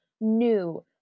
new